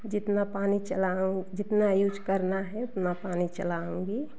जितना पानी चलाओ जितना यूज करना है उतना पानी चलाऊँगी